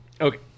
okay